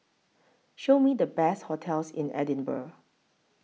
Show Me The Best hotels in Edinburgh